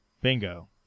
Bingo